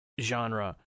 genre